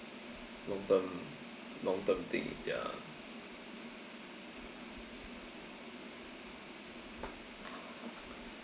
long term long term thing ya